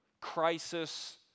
crisis